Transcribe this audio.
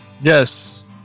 Yes